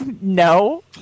no